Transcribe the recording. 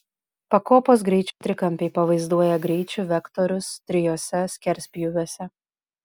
pakopos greičių trikampiai pavaizduoja greičių vektorius trijuose skerspjūviuose